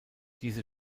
diese